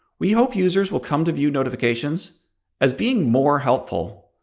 we hope users will come to view notifications as being more helpful.